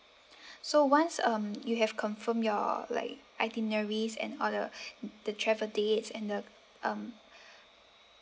so once um you have confirm your like itineraries and all the the travel dates and the um